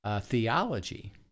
theology